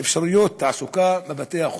אפשרויות תעסוקה בבתי-החולים.